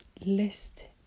list